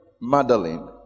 Madeline